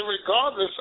Regardless